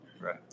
Right